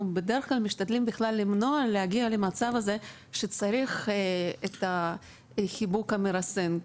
בדרך כלל משתדלים להימנע מהגעה למצב הזה בו צריך את החיבוק המרסן.